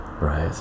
right